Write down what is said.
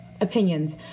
opinions